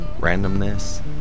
randomness